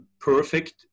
perfect